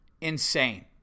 insane